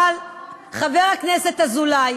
חבר הכנסת אזולאי,